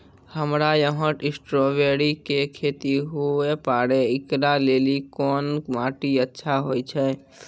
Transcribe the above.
हमरा यहाँ स्ट्राबेरी के खेती हुए पारे, इकरा लेली कोन माटी अच्छा होय छै?